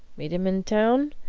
meet him in town?